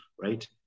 right